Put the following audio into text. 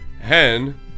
hen